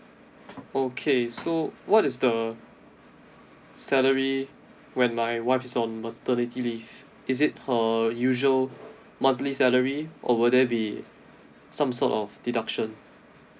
okay so what is the salary when my wife's on maternity leave is it per usual monthly salary or will there be some sort of deduction